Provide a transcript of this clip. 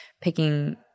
picking